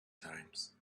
times